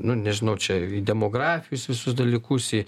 nu nežinau čia demografijos visus dalykus į